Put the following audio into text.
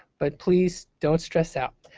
but please don't stress out.